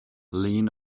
lean